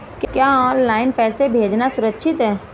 क्या ऑनलाइन पैसे भेजना सुरक्षित है?